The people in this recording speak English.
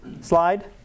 slide